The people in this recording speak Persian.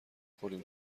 خوردیم